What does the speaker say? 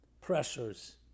pressures